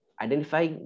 Identify